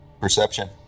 Perception